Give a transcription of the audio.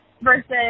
versus